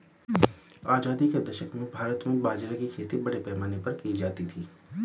आजादी के दशक में भारत में बाजरे की खेती बड़े पैमाने पर की जाती थी